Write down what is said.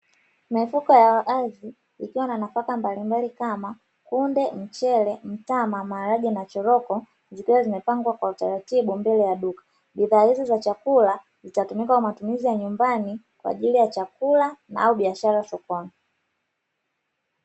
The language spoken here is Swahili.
Mifuko ya wazi ikiwa na nafaka mbalimbali kama: kunde, mchele, mtama, maharage na choroko zikiwa zimepangwa kwa utaratibu mbele ya duka, bidhaa hizo za chakula zitatumika kwa matumizi ya nyumbani kwa ajili ya chakula au biashara sokoni.